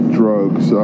drugs